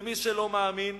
מי שלא מאמין,